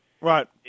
Right